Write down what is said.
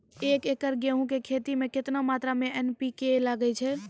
एक एकरऽ गेहूँ के खेती मे केतना मात्रा मे एन.पी.के लगे छै?